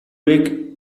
league